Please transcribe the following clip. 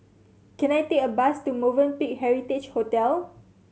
can I take a bus to Movenpick Heritage Hotel